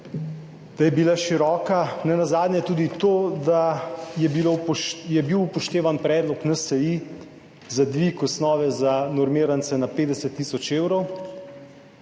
da je bila široka, je nenazadnje tudi to, da je bil upoštevan predlog NSi za dvig osnove za normirance na 50 tisoč evrov